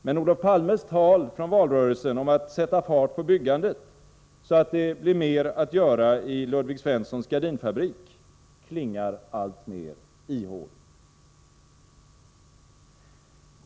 Men Olof Palmes tal under valrörelsen om att sätta fart på byggandet så att det blir mer att göra i Ludvig Svenssons gardinfabrik klingar alltmer ihåligt.